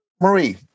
Marie